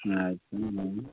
ᱦᱮᱸ ᱟᱪᱪᱷᱟ ᱞᱟᱹᱭ ᱢᱮ